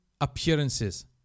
appearances